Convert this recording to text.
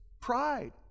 pride